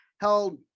held